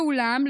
ואולם,